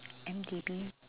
M_D_B